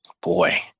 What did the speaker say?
Boy